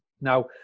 now